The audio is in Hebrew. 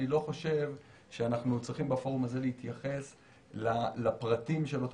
אני לא חושב שאנחנו צריכים בפורום הזה להתייחס לפרטים של אותו